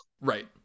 right